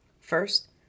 First